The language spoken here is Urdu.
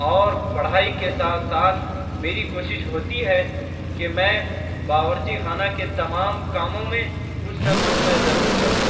اور پڑھائی کے ساتھ ساتھ میری کوشش ہوتی ہے کہ میں باورچی خانہ کے تمام کاموں میں کچھ نہ کچھ میں ضرور کروں